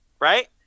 Right